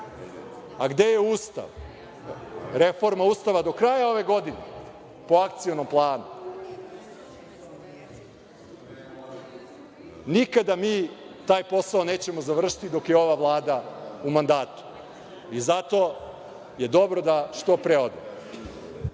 a gde je Ustav? Reforma Ustava do kraja ove godine po akcionom planu. Nikada mi taj posao nećemo završiti dok je ova Vlada u mandatu. Zato je dobro da što pre ode.